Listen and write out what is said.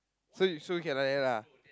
so you sure cannot add lah